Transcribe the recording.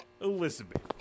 Elizabeth